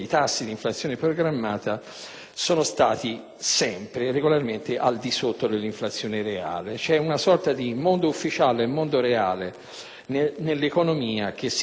sempre regolarmente al di sotto dell'inflazione reale. C'è una sorta di lotta tra mondo ufficiale e mondo reale nell'economia che si combatte a tutto danno del mondo reale.